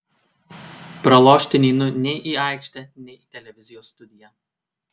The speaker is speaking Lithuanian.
pralošti neinu nei į aikštę nei į televizijos studiją